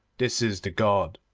this is the god.